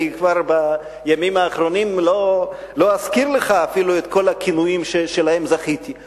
אני כבר לא אזכיר לך אפילו את כל הכינויים שלהם זכיתי בימים האחרונים.